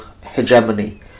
hegemony